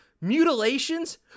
mutilations